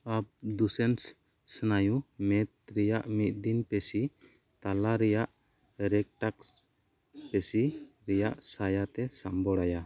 ᱟᱵᱽᱫᱩᱥᱮᱸᱥ ᱥᱱᱟᱭᱩ ᱢᱮᱸᱫ ᱨᱮᱭᱟᱜ ᱢᱤᱫᱽᱫᱤᱱ ᱯᱮᱥᱤ ᱛᱟᱞᱟ ᱨᱮᱭᱟᱜ ᱨᱮᱠᱴᱟᱥ ᱯᱮᱥᱤ ᱨᱮᱭᱟᱜ ᱥᱟᱭᱟᱫᱽ ᱮ ᱥᱟᱢᱲᱟᱣᱟ